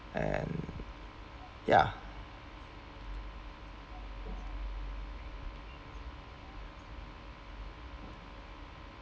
and ya